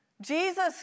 Jesus